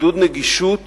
עידוד נגישות